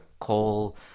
coal